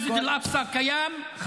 חבר הכנסת טיבי --- מסגד אל-אקצא קיים -- חבר